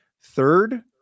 third